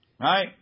Right